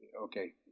okay